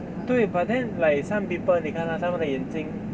对 but then like some people 妳看 ah 他们的眼睛